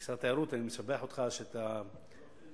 כשר התיירות אני משבח אותך, בוא נתחיל מארבעה.